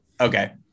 Okay